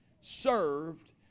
served